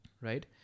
right